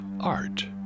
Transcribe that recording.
art